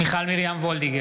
מיכל מרים וולדיגר,